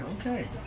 Okay